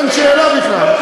אין שאלה בכלל.